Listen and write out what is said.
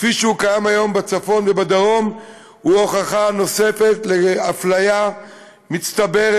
כפי שהוא קיים היום בצפון ובדרום הוא הוכחה נוספת לאפליה מצטברת,